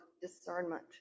discernment